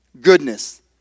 Goodness